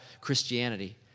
Christianity